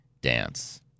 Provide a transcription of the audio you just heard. Dance